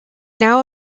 now